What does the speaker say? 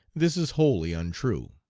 this is wholly untrue.